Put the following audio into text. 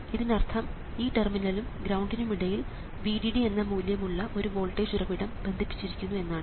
ഇതിനർത്ഥം ഈ ടെർമിനലിനും ഗ്രൌണ്ടിനുമിടയിൽ VDD എന്ന മൂല്യമുള്ള ഒരു വോൾട്ടേജ് ഉറവിടം ബന്ധിപ്പിച്ചിരിക്കുന്നു എന്നാണ്